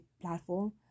platform